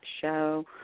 show